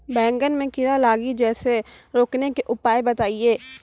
बैंगन मे कीड़ा लागि जैसे रोकने के उपाय बताइए?